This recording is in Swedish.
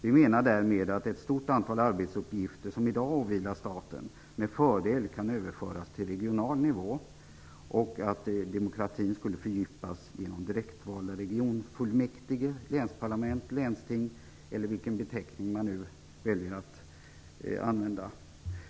Vi menar därmed att ett stort antal arbetsuppgifter som i dag åvilar staten med fördel kan överföras till regional nivå och att demokratin skulle fördjupas genom direktvalda regionfullmäktige, regionalparlament, länsting, eller vilken beteckning man väljer att använda.